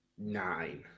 nine